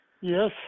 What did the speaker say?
Yes